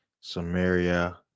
Samaria